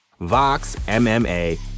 VOXMMA